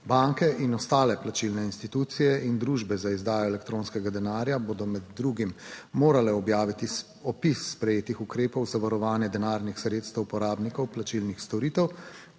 Banke in ostale plačilne institucije in družbe za izdajo elektronskega denarja bodo med drugim morale objaviti opis sprejetih ukrepov za varovanje denarnih sredstev uporabnikov plačilnih storitev,